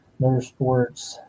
Motorsports